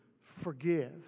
forgive